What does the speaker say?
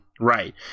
right